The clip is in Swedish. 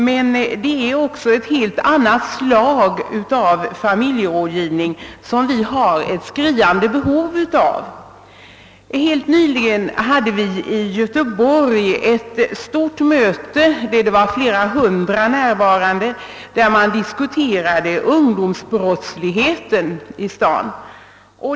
Men vi har också ett skriande behov av ett helt annat slag av familjerådgivning. Helt nyligen hade vi i Göteborg ett stort möte — flera hundra var närva rande — där man diskuterade ungdomsbrottsligheten i staden.